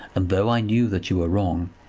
and though i knew that you were wrong,